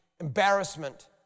embarrassment